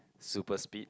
super speed